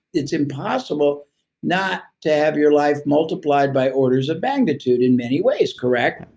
it's impossible not to have your life multiplied by orders of magnitude in many ways, correct?